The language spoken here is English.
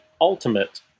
ultimate